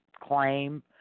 claim